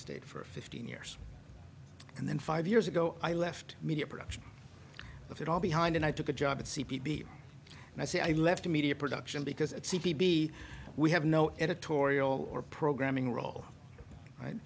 stayed for fifteen years and then five years ago i left media production of it all behind and i took a job at c p b and i say i left a media production because it seemed to be we have no editorial or programming role and